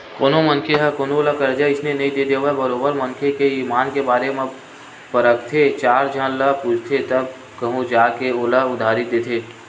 कोनो मनखे ह कोनो ल करजा अइसने नइ दे देवय बरोबर मनखे के ईमान के बारे म परखथे चार झन ल पूछथे तब कहूँ जा के ओला उधारी देथे